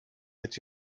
jetzt